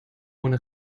ohne